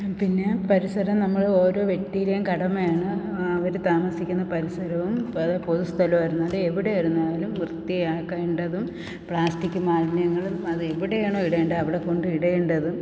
പിന്നെ പരിസരം നമ്മൾ ഓരോ വ്യക്തിയിടേം കടമയാണ് അവർ താമസിക്കുന്ന പരിസരവും പൊതുസ്ഥലവായിരുന്നാലും എവിടെയായിരുന്നാലും വൃത്തിയാക്കേണ്ടതും പ്ലാസ്റ്റിക്ക് മാലിന്യങ്ങളും അതെവിടെയാണോ ഇടേണ്ടത് അവിടെ കൊണ്ടിടേണ്ടതും